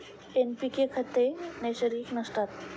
NPK खते नैसर्गिक नसतात